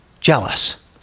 jealous